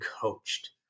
coached